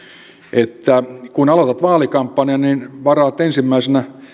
että kun aloitat vaalikampanjan niin varaat ensimmäisenä